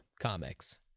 Comics